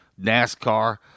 NASCAR